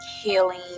healing